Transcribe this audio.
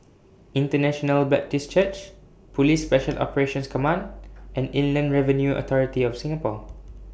International Baptist Church Police Special Operations Command and Inland Revenue Authority of Singapore